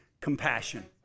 Compassion